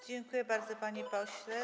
Dziękuję bardzo, panie pośle.